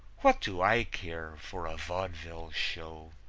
what do i care for a vaudeville show?